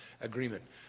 agreement